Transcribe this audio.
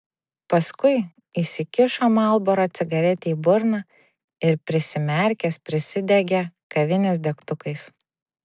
paskui įsikišo marlboro cigaretę į burną ir prisimerkęs prisidegė kavinės degtukais